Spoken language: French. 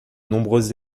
nombreuses